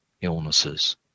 illnesses